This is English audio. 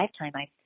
lifetime